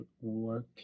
work